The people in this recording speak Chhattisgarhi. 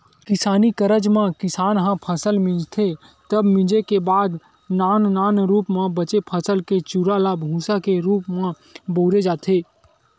किसानी कारज म किसान ह फसल मिंजथे तब मिंजे के बाद नान नान रूप म बचे फसल के चूरा ल भूंसा के रूप म बउरे जाथे